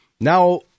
now